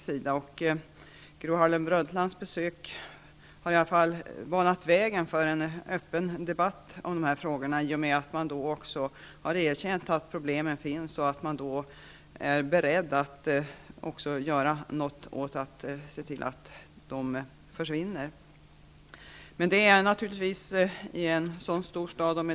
Gro Harlem Brundtlands besök har banat väg för en öppen debatt om dessa frågor, i och med att man har erkänt att problemen finns och sagt att man är beredd att göra något åt dem och se till att de försvinner. Rio är en stor stad.